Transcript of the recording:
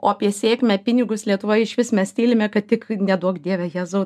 o apie sėkmę pinigus lietuvoje išvis mes tylime kad tik neduok dieve jėzau